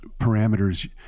parameters